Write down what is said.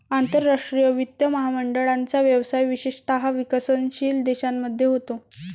आंतरराष्ट्रीय वित्त महामंडळाचा व्यवसाय विशेषतः विकसनशील देशांमध्ये होतो